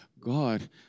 God